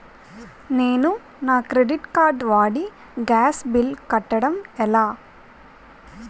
నేను నా credit card వాడి గ్యాస్ బిల్లు కట్టడం ఎలా?